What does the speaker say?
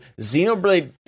Xenoblade